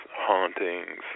hauntings